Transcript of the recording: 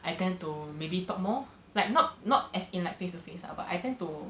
I tend to maybe talk more like not not as in like face to face lah but I tend to